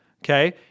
okay